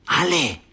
Ale